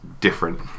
different